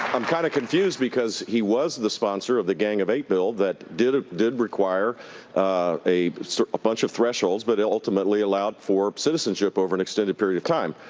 i'm kind of confused because he was the sponsor of the gang of eight bill that did ah did require a sort of bunch of thresholds but ultimately allowed for citizenship over an extended period of time.